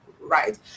right